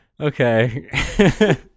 Okay